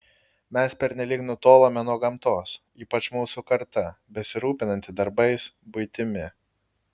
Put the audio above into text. mes pernelyg nutolome nuo gamtos ypač mūsų karta besirūpinanti darbais buitimi